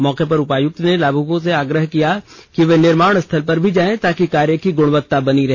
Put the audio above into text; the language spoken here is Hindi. मौके पर उपायुक्त ने लाभुकों से आग्रह किया कि वे निर्माणस्थल पर भी जाएं ताकि कार्य की गुणवत्ता बनी रहे